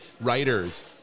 writers